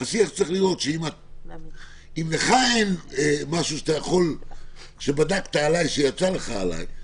הוא שאם לך איך משהו שיצא לך עליי,